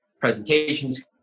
presentations